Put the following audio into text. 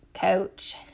coach